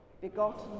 begotten